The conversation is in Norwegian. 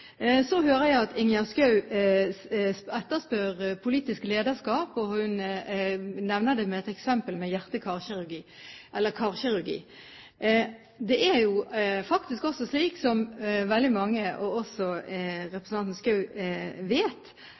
Så hører jeg at Ingjerd Schou etterspør politisk lederskap, og hun nevner som eksempel karkirurgi. Det er faktisk også slik, som veldig mange og også representanten Schou vet,